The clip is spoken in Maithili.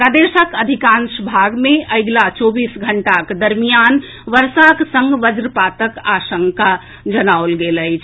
प्रदेशक अधिकांश भाग मे अगिला चौबीस घंटाक दरमियान वर्षाक संग वज्रपातक आशंका अछि